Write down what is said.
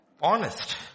honest